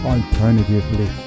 Alternatively